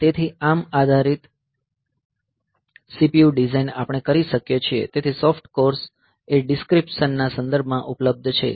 અને તેથી ARM આધારિત CPU ડિઝાઇન આપણે કરી શકીએ છીએ તેથી સોફ્ટકોર્સ એ ડિસ્કરીપ્શન ના સંદર્ભમાં ઉપલબ્ધ છે